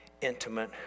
intimate